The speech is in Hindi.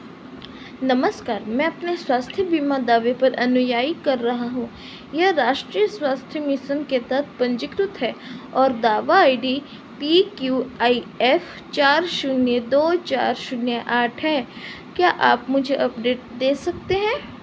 नमस्कार मैं अपने स्वास्थ्य बीमा दावे पर अनुयायी कर रहा हूँ यह राष्ट्रीय स्वास्थ्य मिशन के तहत पंजीकृत है और दावा I D P Q I F चार शून्य दो चार शून्य आठ है क्या आप मुझे अपडेट दे सकते हैं